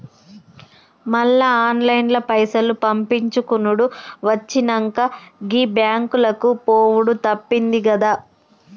మళ్ల ఆన్లైన్ల పైసలు పంపిచ్చుకునుడు వచ్చినంక, గీ బాంకులకు పోవుడు తప్పిందిగదా